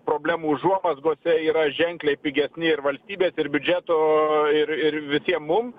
problemų užuomazgose yra ženkliai pigesni ir valstybės ir biudžeto ir ir visiem mum